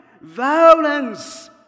violence